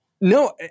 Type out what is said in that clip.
no